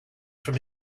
from